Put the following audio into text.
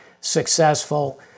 successful